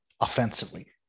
offensively